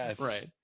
Right